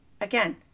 Again